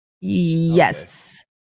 Yes